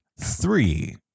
Three